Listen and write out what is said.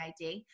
ID